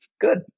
good